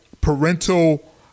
parental